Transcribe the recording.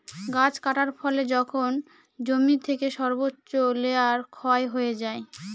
গাছ কাটার ফলে যখন জমি থেকে সর্বোচ্চ লেয়ার ক্ষয় হয়ে যায়